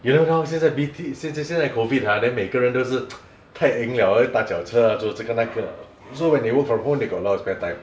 you know now 现在 B_T 现现在 COVID ah then 每个人都是 太 eng liao 踏脚车做这个那个 so when they work from home they got a lot of spare time